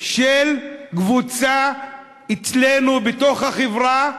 של קבוצה אצלנו, בתוך החברה,